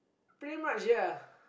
pretty much ya